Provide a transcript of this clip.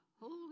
holy